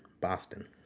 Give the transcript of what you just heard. Boston